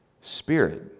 Spirit